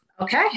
Okay